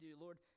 lord